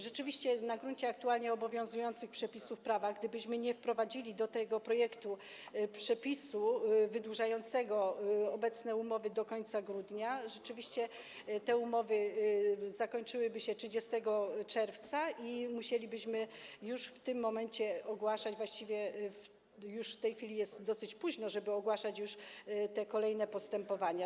Rzeczywiście na gruncie aktualnie obowiązujących przepisów prawa, gdybyśmy nie wprowadzili do tego projektu przepisu przedłużającego obecnie obowiązujące umowy do końca grudnia, rzeczywiście te umowy zakończyłyby się 30 czerwca i musielibyśmy już w tym momencie, właściwie już w tej chwili jest dosyć późno, ogłaszać kolejne postępowania.